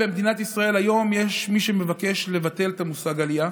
במדינת ישראל היום יש מי שמבקש לבטל את המושג "עלייה".